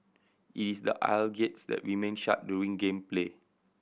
it is the aisle gates that remain shut during game play